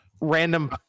random